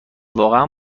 واقعا